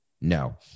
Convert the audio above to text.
No